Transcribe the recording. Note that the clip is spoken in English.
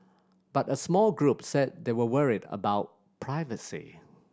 but a small group said they were worried about privacy